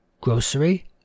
grocery